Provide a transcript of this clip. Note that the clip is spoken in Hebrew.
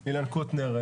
אילן קוטנר.